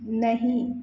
नहीं